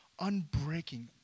unbreaking